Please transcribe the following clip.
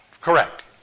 Correct